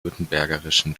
württembergischen